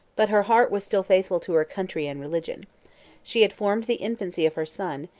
but her heart was still faithful to her country and religion she had formed the infancy of her son,